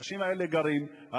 האנשים האלה גרים,